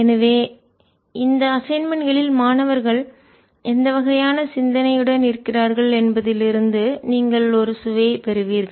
எனவே இந்த அசைன்மென்ட் களில் மாணவர்கள் எந்த வகையான சிந்தனையுடன் இருக்கிறார்கள் என்பதிலிருந்து நீங்கள் ஒரு சுவையை பெறுவீர்கள்